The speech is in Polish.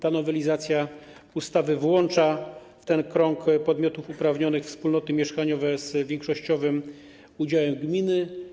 Ta nowelizacja ustawy włącza do kręgu podmiotów uprawnionych wspólnoty mieszkaniowe z większościowym udziałem gminy.